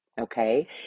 Okay